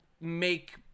make